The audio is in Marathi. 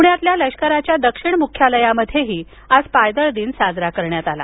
पुण्यातल्या लष्कराच्या दक्षिण मुख्यालयामध्येही आज पायदळ दिन साजरा करण्यात आला